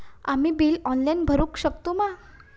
आम्ही bill online भरुक शकतू मा?